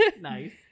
Nice